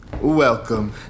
Welcome